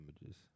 Images